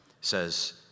says